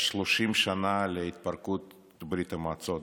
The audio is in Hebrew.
שלשום, מלאו 30 שנה להתפרקות ברית המועצות.